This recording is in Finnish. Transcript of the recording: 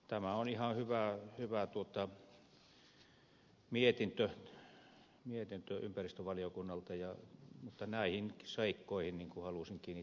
tämä on ihan hyvä mietintö ympäristövaliokunnalta mutta näihin seikkoihin halusin kiinnittää huomiota